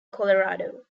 colorado